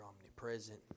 omnipresent